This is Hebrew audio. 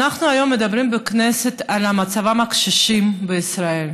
אנחנו היום מדברים בכנסת על מצבם של הקשישים בישראל.